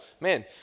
Man